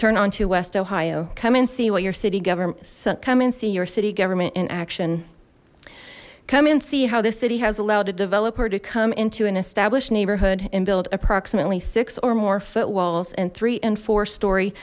turn onto west ohio come and see what your city government come and see your city government in action come and see how this city has allowed a developer to come into an established neighborhood and build approximately six or more foot walls and three and four stor